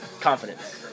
Confidence